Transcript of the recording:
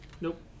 Nope